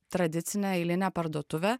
tradicinę eilinę parduotuvę